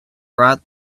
broad